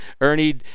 Ernie